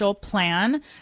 plan